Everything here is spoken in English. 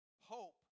Hope